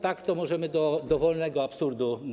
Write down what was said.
Tak to możemy dojść do dowolnego absurdu.